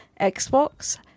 Xbox